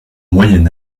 moyen